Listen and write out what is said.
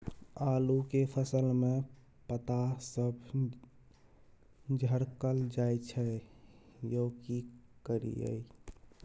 आलू के फसल में पता सब झरकल जाय छै यो की करियैई?